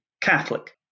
Catholic